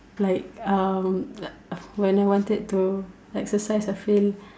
like um when I wanted to exercise I feel